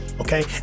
okay